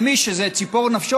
למי שזה ציפור נפשו,